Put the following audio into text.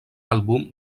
àlbum